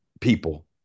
people